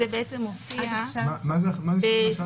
זה בעצם מופיע בסעיף